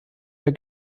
der